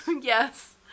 Yes